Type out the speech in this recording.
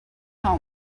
home